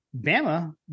Bama